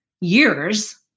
years